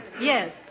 Yes